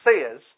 says